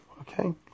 Okay